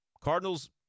Cardinals